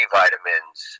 vitamins